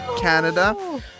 Canada